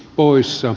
kiitos